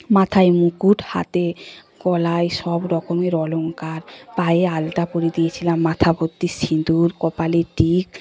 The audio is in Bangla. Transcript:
মাথায় মুকুট হাতে গলায় সবরকমের অলঙ্কার পায়ে আলতা পরিয়ে দিয়েছিলাম মাথা ভর্তি সিঁদুর কপালে টিপ